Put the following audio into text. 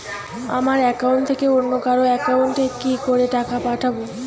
আমার একাউন্ট থেকে অন্য কারো একাউন্ট এ কি করে টাকা পাঠাবো?